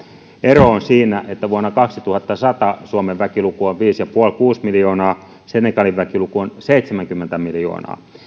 ero on siinä että vuonna kaksituhattasata suomen väkiluku on viisi pilkku viisi viiva kuusi miljoonaa senegalin väkiluku on seitsemänkymmentä miljoonaa